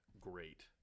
great